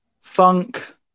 Funk